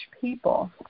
people